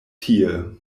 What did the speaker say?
tie